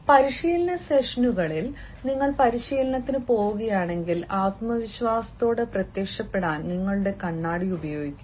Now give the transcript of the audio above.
പരിശീലന സെഷനുകളിൽ നിങ്ങൾ പരിശീലനത്തിന് പോകുകയാണെങ്കിൽ ആത്മവിശ്വാസത്തോടെ പ്രത്യക്ഷപ്പെടാൻ നിങ്ങളുടെ കണ്ണാടി ഉപയോഗിക്കുക